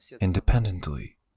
independently